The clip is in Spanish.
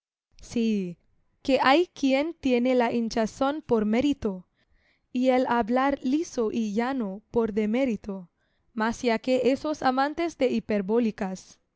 que hay quien tiene la hinchazón por mérito y el hablar liso y llano por de mérito mas ya que esos amantes de hiperbólicas